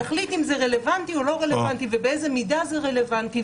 יחליט אם זה רלוונטי או לא רלוונטי ובאיזה מידה רלוונטי,